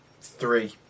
Three